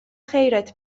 خیرت